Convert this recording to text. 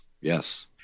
yes